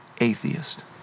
atheist